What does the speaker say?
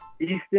Easton